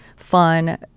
fun